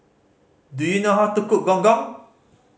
do you know how to cook Gong Gong